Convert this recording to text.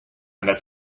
that